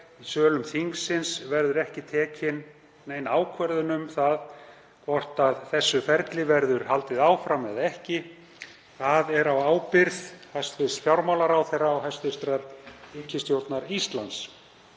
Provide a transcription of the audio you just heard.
í sölum þingsins verður ekki tekin nein ákvörðun um hvort þessu ferli verður haldið áfram eða ekki. Það er á ábyrgð hæstv. fjármálaráðherra og hæstv. ríkisstjórnar Íslands.